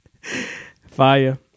Fire